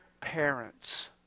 parents